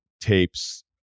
tapes